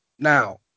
Now